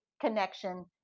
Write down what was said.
connection